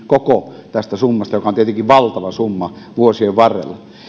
koko tästä summasta joka on tietenkin valtava summa vuosien varrella